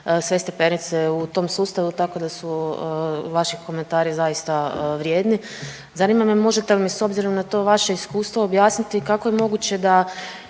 sve stepenice u tom sustavu, tako da su vaši komentari zaista vrijedni. Zanima me možete li mi s obzirom na to vaše iskustvo objasniti kako je moguće da